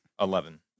Eleven